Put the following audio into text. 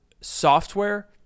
software